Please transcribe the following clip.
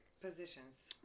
Positions